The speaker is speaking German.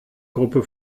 gruppe